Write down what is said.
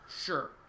sure